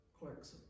clerks